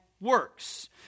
works